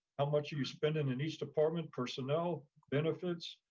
how much you you spend in in each department, personnel benefits,